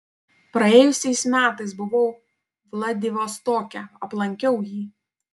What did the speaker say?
praėjusiais metais buvau vladivostoke aplankiau jį